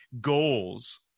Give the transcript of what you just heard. goals